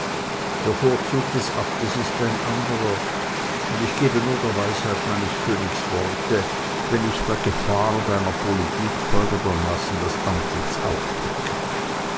der vorzug des abtes ist ein anderer und ich gebe nur der weisheit meines königs worte wenn ich der gefahr deiner politik folgendermaßen das antlitz aufdecke